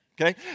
Okay